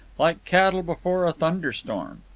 like cattle before a thunder-storm.